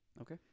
Okay